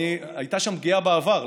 הייתה שם פגיעה בעבר,